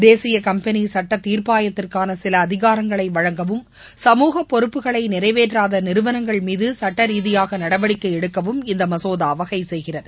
தேசிய கம்பெளி சட்ட தீர்ப்பாயத்திற்கான சில அதிகாரங்களை வழங்கவும் சமூக பொறுப்புகளை நிறைவேற்றாத நிறுவனங்கள் மீது சுட்ட ரீதியாக நடவடிக்கை எடுக்கவும் இந்த மசோதா வகை செய்கிறது